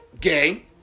gay